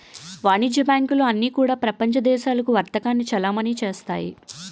వాణిజ్య బ్యాంకులు అన్నీ కూడా ప్రపంచ దేశాలకు వర్తకాన్ని చలామణి చేస్తాయి